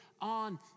on